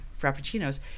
Frappuccinos